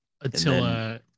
Attila